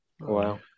Wow